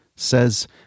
says